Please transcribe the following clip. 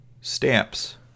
Stamps